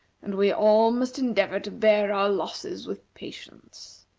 and we all must endeavor to bear our losses with patience.